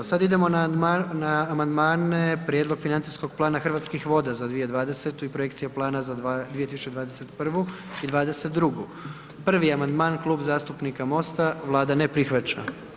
Sad idemo na amandmane Prijedlog financijskog plana Hrvatskih voda za 2020. i Projekcija plana za 2021. i '22. 1. amandman Klub zastupnika MOST-a, Vlada ne prihvaća.